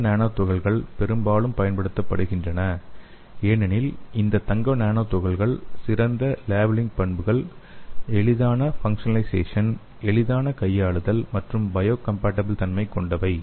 தங்க நானோ துகள்கள் பெரும்பாலும் பயன்படுத்தப்படுகின்றன ஏனெனில் இந்த தங்க நானோ துகள்கள் சிறந்த லேபிளிங் பண்புகள் எளிதான ஃபங்க்சனலைசெசன் எளிதான கையாளுதல் மற்றும் பயொகம்பேடபிள் தன்மை கொண்டவை